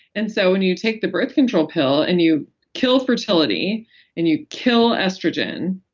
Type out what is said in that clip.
and so when you take the birth control pill and you kill fertility and you kill estrogen.